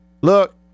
Look